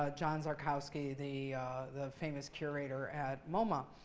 ah john szarkowski, the the famous curator at moma.